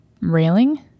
railing